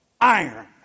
Iron